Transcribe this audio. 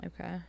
okay